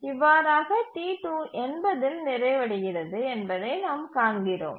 இவ்வாறாக T2 80 தில் நிறைவடைகிறது என்பதை நாம் காண்கிறோம்